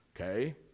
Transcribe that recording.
okay